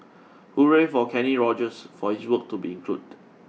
hooray for Kenny Rogers for his work to be include